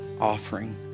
offering